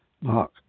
mark